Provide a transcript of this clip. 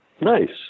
nice